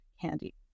candy